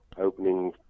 opening